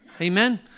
Amen